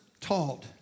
taught